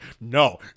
no